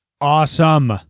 awesome